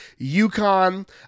UConn